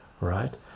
right